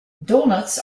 doughnuts